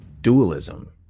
dualism